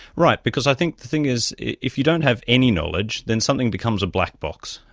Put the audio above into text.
right, because i think the thing is if you don't have any knowledge then something becomes a black box.